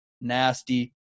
nasty